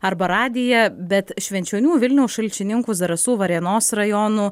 arba radiją bet švenčionių vilniaus šalčininkų zarasų varėnos rajonų